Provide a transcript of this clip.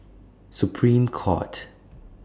Supreme Court